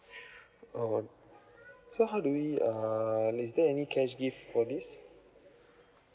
oh so how do we err is there any cash gift for this